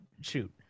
shoot